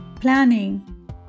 planning